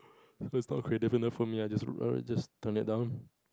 if it's not creative enough for me I just err I just turn it down